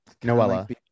Noella